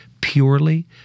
purely